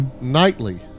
Nightly